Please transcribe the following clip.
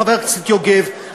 חבר הכנסת יוגב,